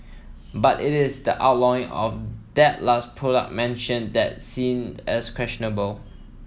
but it is the outlawing of that last product mentioned that's seen as questionable